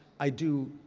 i do,